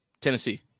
Tennessee